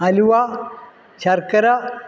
അലുവ ശർക്കര